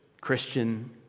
Christian